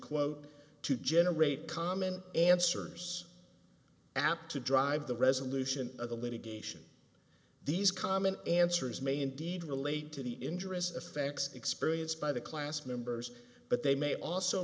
quote to generate common answers apt to drive the resolution of the litigation these common answers may indeed relate to the injuries effects experienced by the class members but they may also